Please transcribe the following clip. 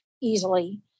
easily